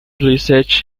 research